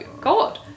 god